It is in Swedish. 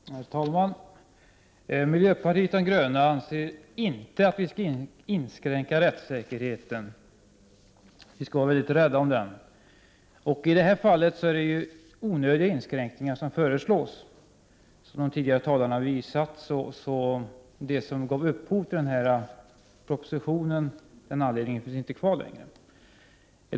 Herr talman! Miljöpartiet de gröna anser inte att man skall inskränka rättssäkerheten. Vi skall vara rädda om den. I detta fall är det onödiga inskränkningar som föreslås. Som de tidigare talarna visat finns den anledning som gav upphov till propositionen inte kvar längre.